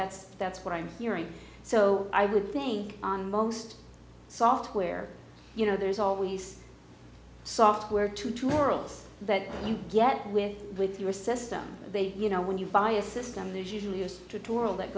that's that's what i'm hearing so i would think on most software you know there's always software tutorials that you get with with your system you know when you buy a system there's usually